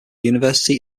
university